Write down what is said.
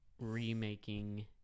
remaking